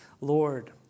Lord